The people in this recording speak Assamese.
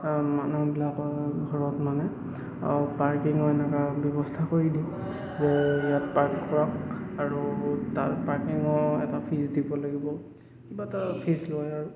মানুহবিলাকৰ ঘৰত মানে পাৰ্কিঙো এনেকুৱা ব্যৱস্থা কৰি দিয়ে যে ইয়াত পাৰ্ক কৰক আৰু তাত পাৰ্কিঙো এটা ফিজ দিব লাগিব কিবা এটা ফিজ লয় আৰু